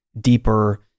deeper